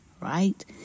right